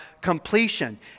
completion